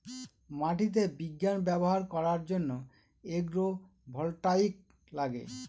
মাটিতে বিজ্ঞান ব্যবহার করার জন্য এগ্রো ভোল্টাইক লাগে